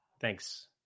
thanks